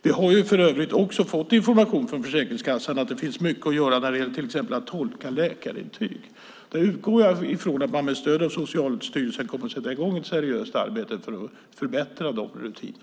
Vi har för övrigt också fått information från Försäkringskassan om att det finns mycket att göra när det gäller till exempel att tolka läkarintyg. Där utgår jag från att man med stöd av Socialstyrelsen kommer att sätta i gång ett seriöst arbete för att förbättra dessa rutiner.